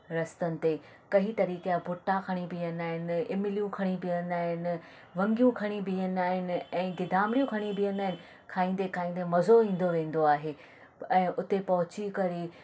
रस्तनि ते कंहिं तरीक़े जा बुटा खणी बीहंदा आहिनि इमलियूं खणी बीहंदा आहिनि वङियूं खणी बीहंदा आहिनि ऐं गिदामड़ियूं खणी बीहंदा आहिनि खाईंदे खाईंदे मज़ो ईंदो वेंदो आहे ऐं हुते पहुची करे